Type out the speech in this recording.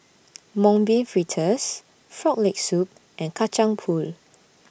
Mung Bean Fritters Frog Leg Soup and Kacang Pool